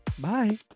Bye